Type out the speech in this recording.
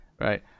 right